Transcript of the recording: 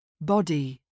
Body